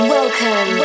Welcome